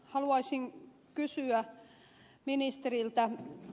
haluaisin kysyä ministeriltä